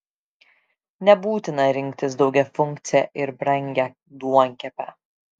nebūtina rinktis daugiafunkcę ir brangią duonkepę